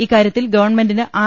ഇക്കാര്യത്തിൽ ഗവൺമെന്റിന് ആർ